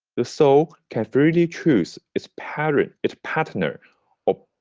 the soul can freely choose its paren. its partner or